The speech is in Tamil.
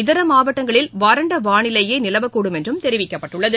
இதரமாவட்டங்களில் வறண்டவானிலையேநிலவக்கூடும் என்றும் தெரிவிக்கப்பட்டுள்ளது